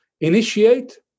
Initiate